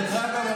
דרך אגב,